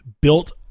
built